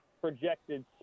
projected